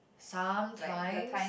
sometimes